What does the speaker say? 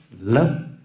love